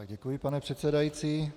Děkuji, pane předsedající.